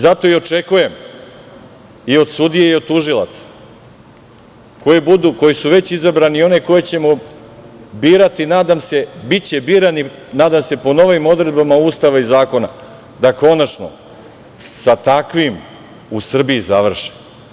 Zato i očekujem i od sudije i od tužilaca koji su već izabrani i one koje ćemo birati, nadam se, biće birani po novim odredbama Ustava i zakona, da konačno sa takvim u Srbiji završe.